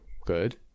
good